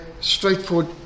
straightforward